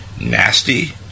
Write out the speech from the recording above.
nasty